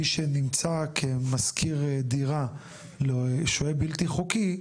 מי שנמצא כמשכיר דירה לשוהה בלתי חוקי,